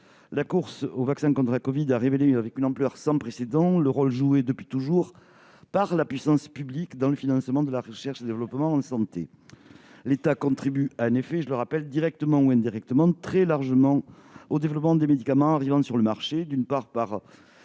La course au vaccin contre la covid-19 a révélé avec une ampleur sans précédent le rôle joué depuis toujours par la puissance publique dans le financement de la recherche et développement en santé. L'État contribue en effet très largement, de manière directe ou indirecte, au développement des médicaments mis sur le marché, par le